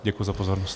Děkuji za pozornost.